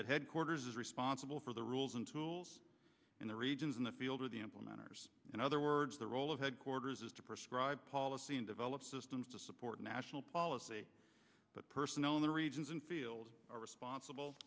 at headquarters responsible for the rules and tools in the regions in the field of the implementers and other words the role of headquarters is to prescribe policy and develop systems to support national policy but personnel in the regions and feels are responsible